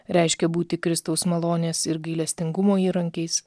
reiškia būti kristaus malonės ir gailestingumo įrankiais